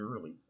early